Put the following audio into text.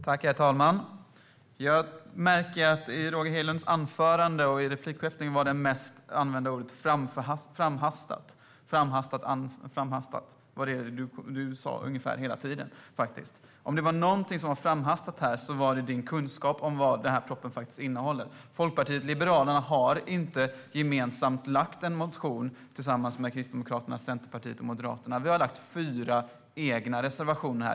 Herr talman! Det mest använda ordet i Roger Hedlunds anförande och i replikskiftet var ordet framhastat. Det sa du nästan hela tiden, Roger Hedlund. Om det var något som var framhastat var det din kunskap om vad den här propositionen innehåller. Folkpartiet liberalerna har inte väckt en gemensam motion med Kristdemokraterna, Centerpartiet och Moderaterna. Vi har väckt fyra egna reservationer.